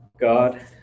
God